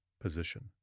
position